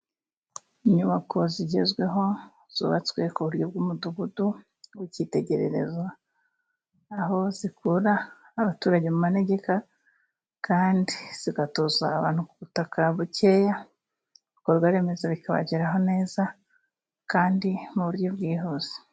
Inyubako zigezweho zubatswe ku buryo bw'umudugudu w'ikitegererezo, aho zikura abaturage mu manegeka kandi zigatoza abantu ku ubutaka bukeya, ibikorwaremezo bikabageraho neza kandi mu buryo bwihuse.